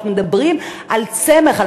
אנחנו מדברים על צמח,